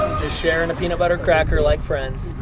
just sharing a peanut butter cracker like friends.